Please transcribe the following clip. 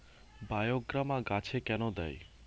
বায়োগ্রামা গাছে কেন দেয়?